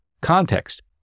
context